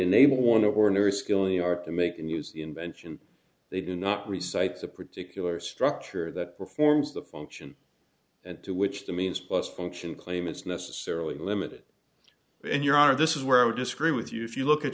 enable one of ordinary skilling are to make and use the invention they do not recites a particular structure that performs the function and to which the means plus function claim is necessarily limited and your honor this is where i would disagree with you if you look at